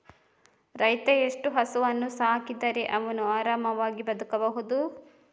ರೈತ ಎಷ್ಟು ಹಸುವನ್ನು ಸಾಕಿದರೆ ಅವನು ಆರಾಮವಾಗಿ ಬದುಕಬಹುದು?